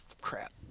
crap